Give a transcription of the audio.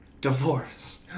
divorce